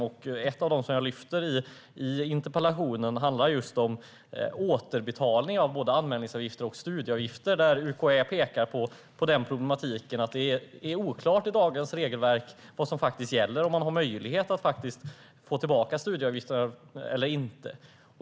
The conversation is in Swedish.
En av dessa, som jag lyfter fram i interpellationen, handlar om återbetalning av både anmälningsavgifter och studieavgifter. UKÄ pekar på problematiken att det är oklart i dagens regelverk om man har möjlighet att få tillbaka studieavgiften eller inte.